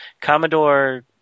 Commodore